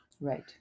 Right